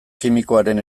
kimikoaren